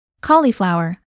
Cauliflower